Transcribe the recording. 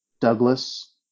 Douglas